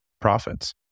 profits